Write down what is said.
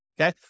Okay